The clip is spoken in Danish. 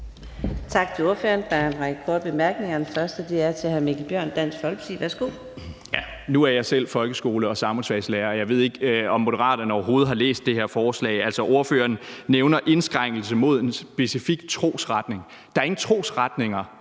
Nu er jeg selv folkeskolelærer og samfundsfagslærer, og jeg ved ikke, om Moderaterne overhovedet har læst det her forslag. Altså, ordføreren nævner indskrænkelse af rettigheder for en specifik trosretning. Der er ingen trosretninger,